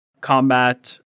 combat